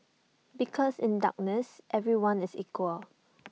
because in darkness everyone is equal